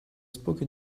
spoken